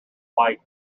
like